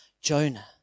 Jonah